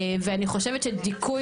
ואני חושבת שדיכוי